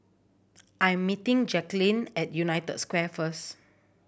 I'm meeting Jacalyn at United Square first